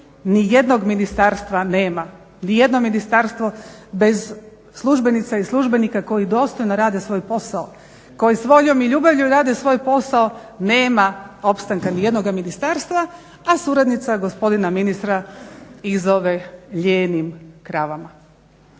nijednog ministarstva nema, nijedno ministarstvo bez službenica i službenika koji dostojno rade svoj posao, koji s voljom i ljubavlju rade svoj posao nema opstanka nijednog ministarstva, a suradnica gospodina ministra ih zove lijenim kravama.